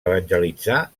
evangelitzar